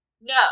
No